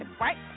right